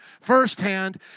firsthand